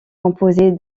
composée